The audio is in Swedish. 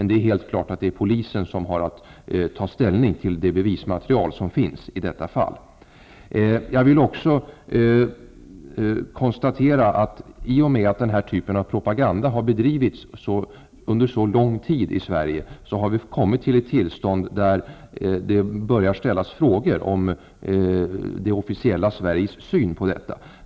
Det är klart att det är polisen som har att ta ställning till det bevismaterial som finns i detta fall. Jag vill också konstatera att i och med att den här typen av propaganda har bedrivits under så lång tid i Sverige har vi kommit till en punkt där det börjar ställas frågor om det officiella Sveriges syn på detta.